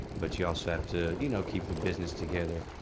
but you also have to you know keep the business together.